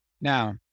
Now